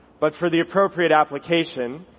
but for the appropriate application,